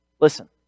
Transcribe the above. Listen